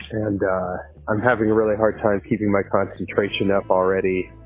and i'm having a really hard time keeping my concentration up already.